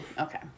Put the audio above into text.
Okay